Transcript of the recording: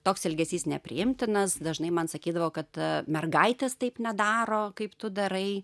toks elgesys nepriimtinas dažnai man sakydavo kad mergaitės taip nedaro kaip tu darai